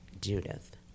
Judith